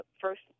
first